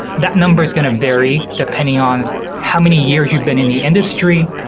that number is going to vary depending on how many years you've been in the industry,